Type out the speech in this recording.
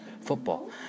football